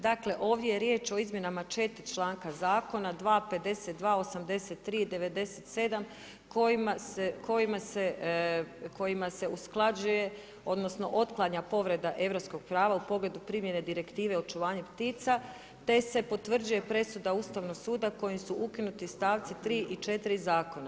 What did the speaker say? Dakle ovdje je riječ o izmjenama 4.članka Zakona 2., 52., 83., 97., kojima se usklađuje, odnosno otklanja povreda europskog prava u pogledu primjene Direktive očuvanja ptica, te se potvrđuje presuda Ustavnog suda kojim su ukinuti stavci 3. i 4. zakona.